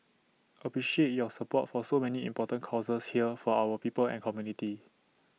appreciate your support for so many important causes here for our people and community